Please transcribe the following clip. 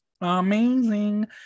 Amazing